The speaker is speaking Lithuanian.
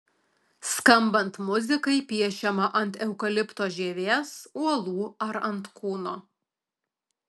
skambant muzikai piešiama ant eukalipto žievės uolų ar ant kūno